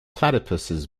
platypuses